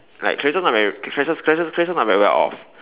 like Clarissa's not very Clarissa's Clarissa's Clarissa's not very well off